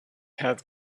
had